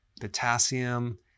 potassium